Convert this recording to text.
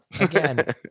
Again